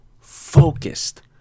focused